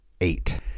eight